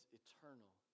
eternal